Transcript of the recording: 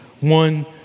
one